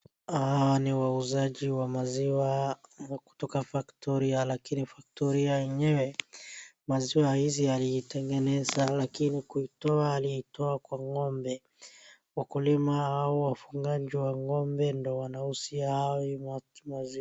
Hawa ni wauzaji wa maziwa kutoka factoria lakini factoria yenyewe. Maziwa hizi alitengeneza lakini kuitoa aliitoa kwa ng'ombe. Wakulima wafugaji wa ng'ombe ndio wanauzia hawa maziwa.